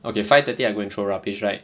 okay five thirty I go and throw rubbish right